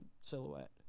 silhouette